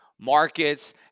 markets